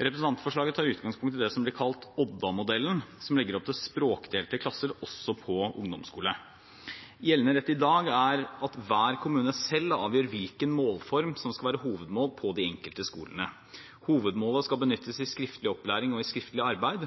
Representantforslaget tar utgangspunkt i det som blir kalt Odda-modellen, som legger opp til språkdelte klasser også på ungdomstrinnet. Gjeldende rett i dag er at hver kommune selv avgjør hvilken målform som skal være hovedmål på de enkelte skolene. Hovedmålet skal benyttes i skriftlig opplæring og i skriftlig arbeid.